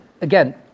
again